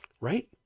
right